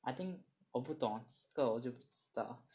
I think 我不懂这个我就不知道